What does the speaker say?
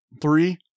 three